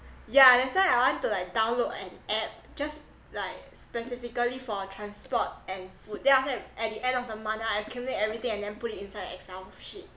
yeah that's why I want to like download an app just like specifically for transport and food then after that at the end of the month I accumulate everything and then put it inside excel sheet